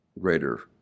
greater